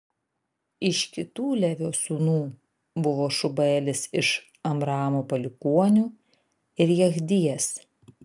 iš kitų levio sūnų buvo šubaelis iš amramo palikuonių ir jechdijas